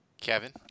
Kevin